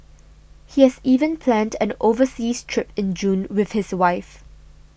he has even planned an overseas trip in June with his wife